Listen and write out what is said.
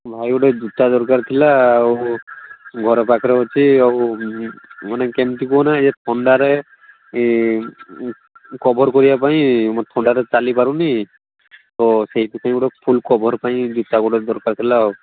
ଭାଇ ଗୋଟେ ଜୋତା ଦରକାର ଥିଲା ଆଉ ଘର ପାଖରେ ଅଛି ଆଉ ମାନେ କେମିତି କହୁନା ଏ ଥଣ୍ଡାରେ ଏ କଭର୍ କରିବା ପାଇଁ ମୋତେ ଥଣ୍ଡାରେ ଚାଲିପାରୁନି ତ ସେଇଥିପାଇଁ ଗୋଟେ ଫୁଲ୍ କଭର୍ ପାଇଁ ଜୋତା ଗୋଟେ ଦରକାର ଥିଲା